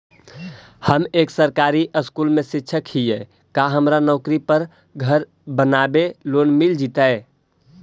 हम एक सरकारी स्कूल में शिक्षक हियै का हमरा नौकरी पर घर बनाबे लोन मिल जितै?